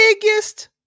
biggest